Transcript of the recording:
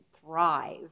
thrive